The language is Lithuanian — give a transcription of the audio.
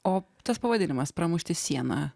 o tas pavadinimas pramušti sieną